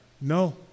no